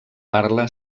parla